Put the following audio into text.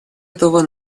этого